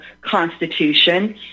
Constitution